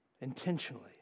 intentionally